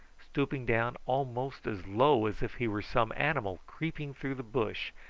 stooping down almost as low as if he were some animal creeping through the bush,